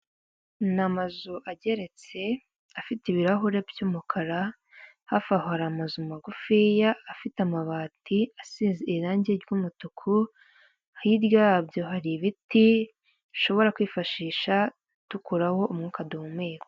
Ni amazu ageretse afite ibirahuri by'umukara, hafi aho hari amazu magufiya afite amabati asize irangi ry'umutuku, hirya yabyo hari ibiti bishobora kwifashisha dukuraho umwuka duhumeka.